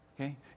Okay